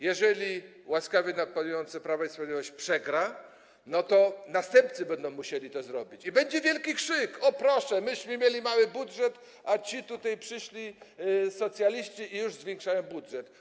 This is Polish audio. Jeżeli łaskawie nam panujące Prawo i Sprawiedliwość przegra, to następcy będą musieli to zrobić i będzie wielki krzyk: o, proszę, myśmy mieli mały budżet, a ci tutaj przyszli, socjaliści, i już zwiększają budżet.